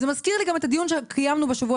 זה מזכיר לי גם את הדיון שקיימנו בשבוע